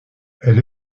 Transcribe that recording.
elle